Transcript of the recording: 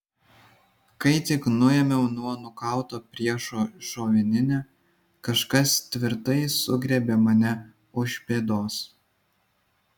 kai tik nuėmiau nuo nukauto priešo šovininę kažkas tvirtai sugriebė mane už pėdos